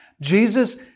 Jesus